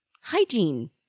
hygiene